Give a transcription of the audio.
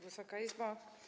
Wysoka Izbo!